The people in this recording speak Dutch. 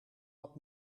wat